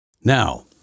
Now